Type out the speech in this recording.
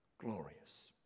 glorious